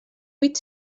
buit